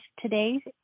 today